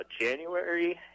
January